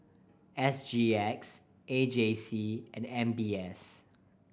S G X A J C and M B S